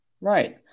Right